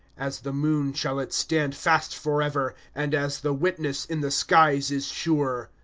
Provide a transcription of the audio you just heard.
as the moon shall it stand fast forever, and as the witness in the skies is sure.